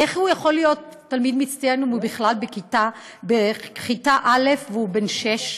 איך הוא יכול להיות תלמיד מצטיין אם הוא בכלל בכיתה א' והוא בן שש?